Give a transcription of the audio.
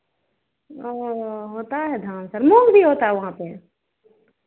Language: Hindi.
औ होता है धान सर मूंग भी होता है वहाँ पे